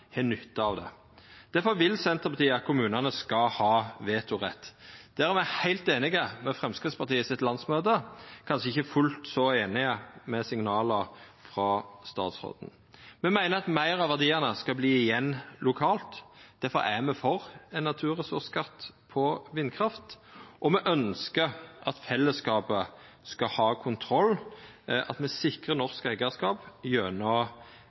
har nytte av det. Difor vil Senterpartiet at kommunane skal ha vetorett. Der er me heilt einige med Framstegspartiets landsmøte – kanskje ikkje fullt så einige med signal frå statsråden. Me meiner at meir av verdiane skal verta igjen lokalt. Difor er me for ein naturressursskatt på vindkraft, og me ønskjer at fellesskapet skal ha kontroll, at me sikrar norsk eigarskap gjennom